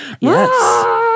Yes